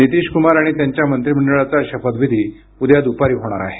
नीतिश कुमार आणि त्यांच्या मंत्रीमंडळाचा शपथविधी उद्या दुपारी होणार आहे